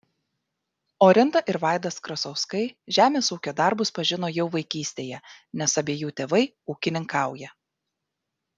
orinta ir vaidas krasauskai žemės ūkio darbus pažino jau vaikystėje nes abiejų tėvai ūkininkauja